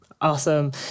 Awesome